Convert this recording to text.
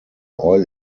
oil